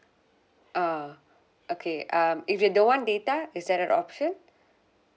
uh okay um if they don't want data is there an option